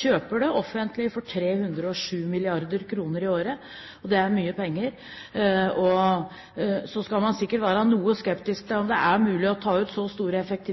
kjøper det offentlige for 307 mrd. kr i året. Det er mye penger. Så skal man sikkert være noe skeptisk til om